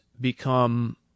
become